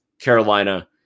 Carolina